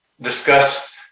discuss